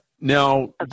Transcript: Now